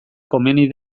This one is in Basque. komeni